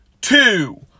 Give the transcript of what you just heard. two